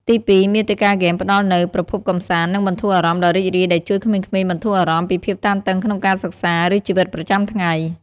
ទីពីរ មាតិកាហ្គេមផ្តល់នូវ ប្រភពកម្សាន្ត និងបន្ធូរអារម្មណ៍ ដ៏រីករាយ ដែលជួយក្មេងៗបន្ធូរអារម្មណ៍ពីភាពតានតឹងក្នុងការសិក្សា ឬជីវិតប្រចាំថ្ងៃ។